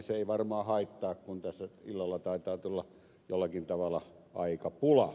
se ei varmaan haittaa kun tässä illalla taitaa tulla jollakin tavalla aikapula